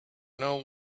know